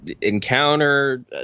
encounter